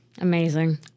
Amazing